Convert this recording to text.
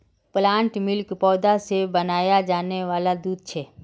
plant milk पौधा से बनाया जाने वाला दूध छे